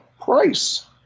price